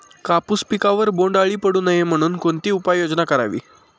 कापूस पिकावर बोंडअळी पडू नये म्हणून कोणती उपाययोजना करावी?